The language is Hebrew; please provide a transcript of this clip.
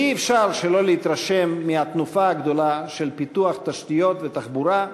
ואי-אפשר שלא להתרשם מהתנופה הגדולה של פיתוח תשתיות ותחבורה,